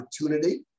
opportunity